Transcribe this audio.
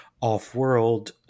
off-world